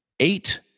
Eight